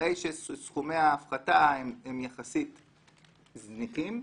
הרי שסכומי ההפחתה הם יחסית זניחים,